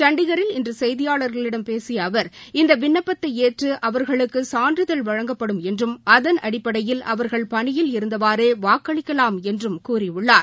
சண்டிகில் இன்று செய்தியாளர்களிடம் பேசிய அவர் இந்த விண்ணப்பத்தை ஏற்று அவர்களுக்கு சான்றிதழ் வழங்கப்படும் என்றும் அதன் அடிப்படையில் அவா்கள் பணியில் இருந்தவாறே வாக்களிக்கலாம் என்று கூறியுள்ளார்